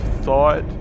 thought